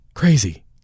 crazy